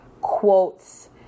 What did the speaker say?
quotes